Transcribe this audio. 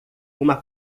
uma